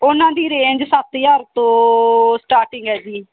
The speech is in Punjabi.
ਉਹਨਾਂ ਦੀ ਰੇਂਜ ਸੱਤ ਹਜ਼ਾਰ ਤੋਂ ਸਟਾਰਟਿੰਗ ਆ ਜੀ